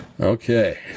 okay